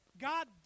God